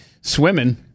swimming